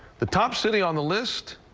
the top city on the list,